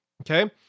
Okay